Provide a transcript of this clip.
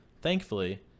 thankfully